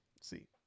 See